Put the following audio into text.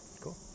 Cool